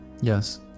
Yes